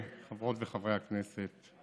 חברות וחברי הכנסת,